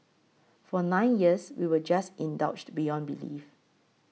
for nine years we were just indulged beyond belief